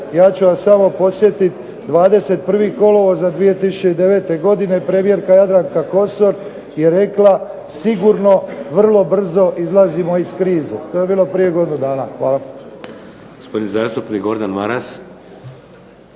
ja ću vas samo podsjetit, 21. kolovoza 2009. godine premijerka Jadranka Kosor je rekla sigurno vrlo brzo izlazimo iz krize. To je bilo prije godinu dana. Hvala.